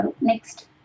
Next